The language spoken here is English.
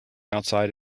outside